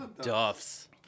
Duff's